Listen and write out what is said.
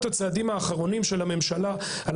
מה